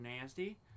nasty